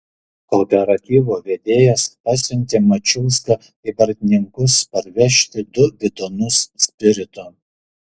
kooperatyvo vedėjas pasiuntė mačiulską į bartninkus parvežti du bidonus spirito